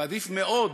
ועדיף מאוד,